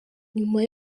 nyuma